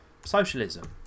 socialism